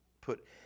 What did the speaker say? put